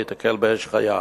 להיתקל באש חיה.